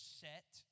set